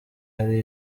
hari